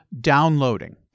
downloading